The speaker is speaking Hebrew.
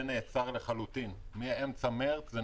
זה נעצר לחלוטין מאמצע מרץ.